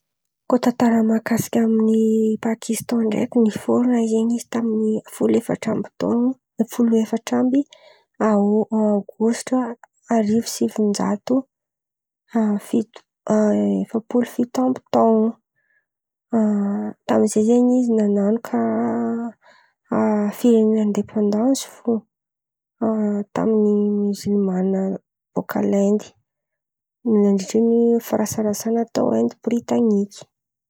Koa tantara mahakasika ny Pakistan ndraiky, niforona zen̈y izy tamin’ny folo efatra amby taon̈o folo efatra amby aô- aogositra arivo sy sivin-jato a fito a efapolo fito amby taon̈o. A tamy zay zen̈y izy nan̈ano kà firenena aindepandansy fô a tamin’ny miozilimanina bôka Laindy nandritry ny firasarasana tao Aindy britaniky.